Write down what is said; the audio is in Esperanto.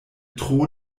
tro